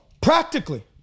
practically